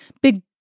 big